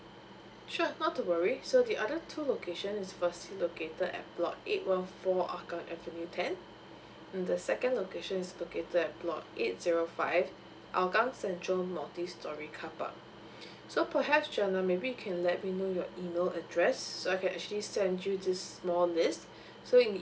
sure not to worry so the other two locations is firstly located at block eight one four hougang avenue ten and the second location is located at block eight zero five hougang central multi storey carpark so perhaps jenna maybe you can let me know your email address so I can actually send you this small list so in the